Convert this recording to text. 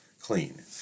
clean